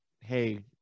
hey